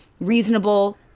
reasonable